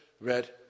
read